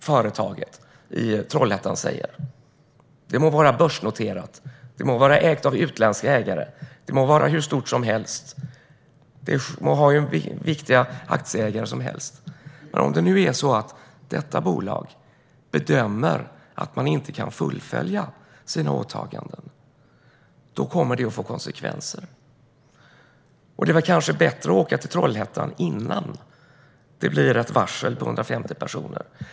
Företaget i Trollhättan må vara börsnoterat, ha utländska ägare och vara hur stort som helst med hur viktiga aktieägare som helst, men om detta bolag bedömer att det inte kan fullfölja sina åtaganden kommer det att få konsekvenser. Det är väl kanske bättre att åka till Trollhättan innan det blir ett varsel för 150 personer.